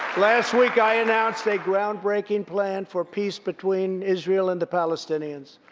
last week, i announced a groundbreaking plan for peace between israel and the palestinians.